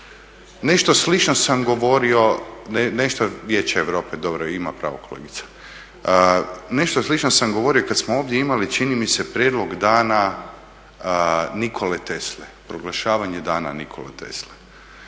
nešto slično sam govorio kada smo ovdje imali čini mi se prijedlog Dana Nikole Tesle, proglašavanje Dana Nikole Tesle.